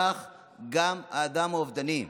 כך גם האדם האובדני,